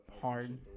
Hard